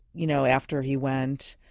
you know after he went,